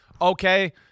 okay